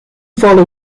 follow